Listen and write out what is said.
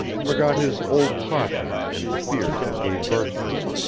forgot his old caution and the fears that gave birth to it,